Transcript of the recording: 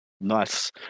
Nice